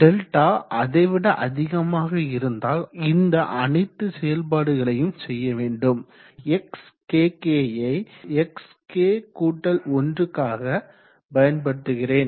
delta அதைவிட அதிகமாக இருந்தால் இந்த அனைத்து செயல்பாடுகளையும் செய்ய வேண்டும் xkkயை xk1க்காக பயன்படுத்துகிறேன்